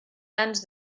tants